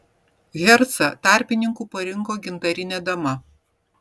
hercą tarpininku parinko gintarinė dama